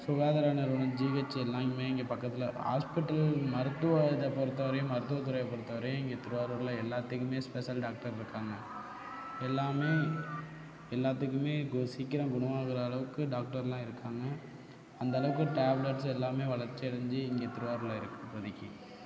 சுகாதார நிறுவனம் ஜிஹச் எல்லாமுமே இங்கே பக்கத்தில் ஹாஸ்பிட்டல் மருத்துவ இதை பொறுத்தவரையும் மருத்துவத்துறையை பொறுத்தவரையும் இங்கே திருவாரூரில் எல்லாத்துக்குமே ஸ்பெஷல் டாக்டர் இருக்காங்க எல்லாமே எல்லாத்துக்குமே சீக்கிரம் குணமாகிற அளவுக்கு டாக்டர்யெலாம் இருக்காங்க அந்தளவுக்கு டேப்லட்ஸ்ஸு எல்லாமே வளர்ச்சி அடைஞ்சி இங்கே திருவாரூரில் இருக்குது இப்போதைக்கி